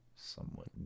Somewhat